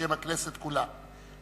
בשם הכנסת כולה,